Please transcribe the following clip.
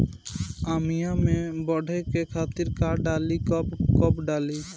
आमिया मैं बढ़े के खातिर का डाली कब कब डाली?